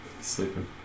Sleeping